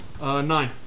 Nine